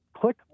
click